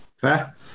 Fair